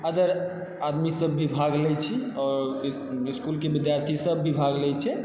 other आदमीसभभी भाग लय छी आओर इस्कूलके विद्यार्थीसभ भी भाग लय छै